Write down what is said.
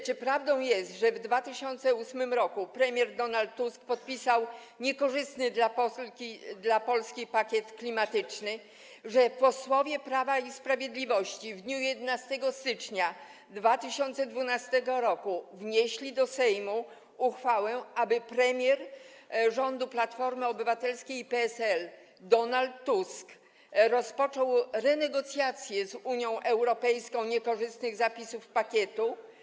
Czy prawdą jest, że w 2008 r. premier Donald Tusk podpisał niekorzystny dla Polski pakiet klimatyczny, że posłowie Prawa i Sprawiedliwości w dniu 11 stycznia 2012 r. wnieśli do Sejmu projekt uchwały, aby premier rządu Platformy Obywatelskiej i PSL Donald Tusk rozpoczął renegocjacje z Unią Europejską w sprawie niekorzystnych zapisów pakietu?